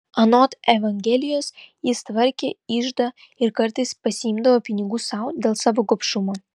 anot evangelijos jis tvarkė iždą ir kartais pasiimdavo pinigų sau dėl savo gobšumo